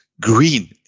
green